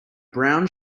brown